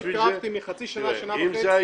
מחצי שנה לשנה וחצי.